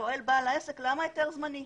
שואל בעל העסק למה היתר זמני,